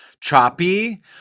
choppy